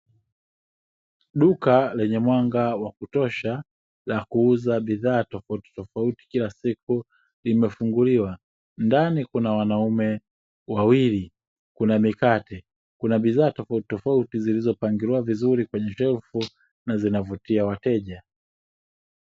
Duka lenye mwanga wa kutosha la kuuza bidhaa tofautitofauti kila siku limefunguliwa. Ndani kuna wanaume wawili, kuna mikate, kuna bidhaa tofautitofauti zilizopangiliwa vizuri kwenye shelfu na zinavutia wateja.